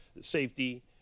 safety